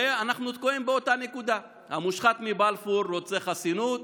ואנחנו תקועים באותה נקודה: המושחת מבלפור רוצה חסינות,